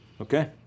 Okay